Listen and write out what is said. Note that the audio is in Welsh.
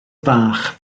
fach